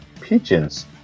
pigeons